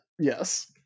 Yes